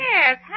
Yes